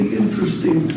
interesting